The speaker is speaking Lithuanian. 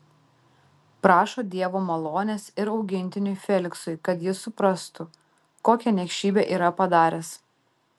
prašo dievo malonės ir augintiniui feliksui kad jis suprastų kokią niekšybę yra padaręs